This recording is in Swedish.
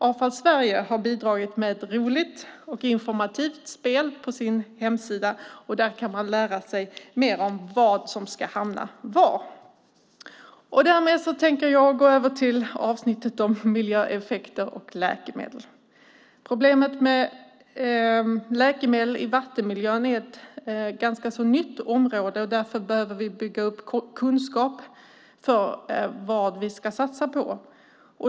Avfall Sverige har bidragit med ett roligt och informativt spel på sin hemsida. Där kan man lära sig mer om vad som ska hamna var. Därmed tänker jag gå över till avsnittet om miljöeffekter av läkemedel. Problemet med läkemedel i vattenmiljön är ett ganska nytt område. Därför behöver vi bygga upp kunskap om vad vi ska satsa på.